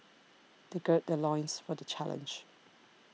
they gird their loins for the challenge